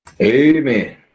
amen